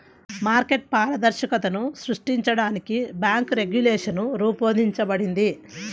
market పారదర్శకతను సృష్టించడానికి bank regulation రూపొందించబడింది